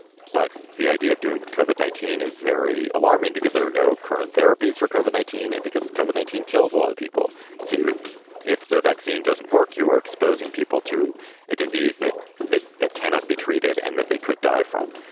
but the idea of doing it covered nineteen is very alarming because there are no current therapies for cover nineteen and because cover nineteen kills a lot of people. and so you would if the vaccine doesn't work, you are exposing people to a disease that they cannot be treated and that they could die from.